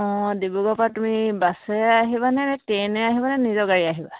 অঁ ডিব্ৰুগড়ৰ পৰা তুমি বাছেৰে আহিবা নে ট্ৰেইনেৰে আহিবা নে নিজৰ গাড়ীৰে আহিবা